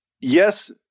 yes